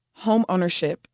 homeownership